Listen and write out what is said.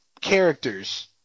characters